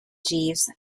jeeves